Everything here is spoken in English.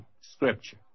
Scripture